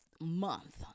month